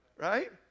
right